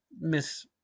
Miss